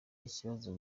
ikibazo